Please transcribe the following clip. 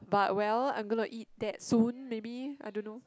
but well I'm gonna eat that soon maybe I don't know